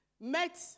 met